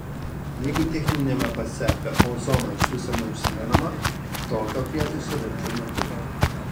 jeigu techniniame pase apie ozoną iš viso neužsimenama tokio prietaiso verčiau nepirkti